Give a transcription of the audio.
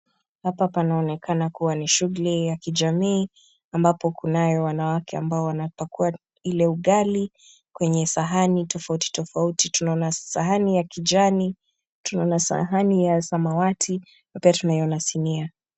Hapa panaonekana kuwa ni shughuli ya kijamii ambapo kunao wanawake wanaopakua ile ugali kwa sahani tofauti tofauti. Tunaona sahani ya kijani, tunaona sahani ya samawati na pia tunaiona sinia.